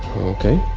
okay